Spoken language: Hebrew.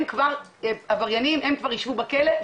הם כבר עבריינים הם כבר ישבו בכלא,